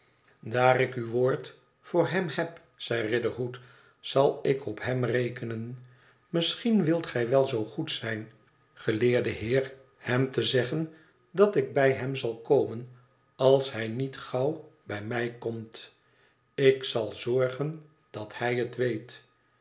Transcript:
daar ik uw woord voor hem heb zei riderhood zal ik op hem tekenen misschien wilt gij wel zoo goed zijn geleerde heer hem te zeggen ik bij hem zal komen als hij niet gauw bij mij komt ik zal zorgen dat hij het weet